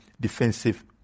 defensive